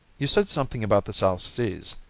you said something about the south seas,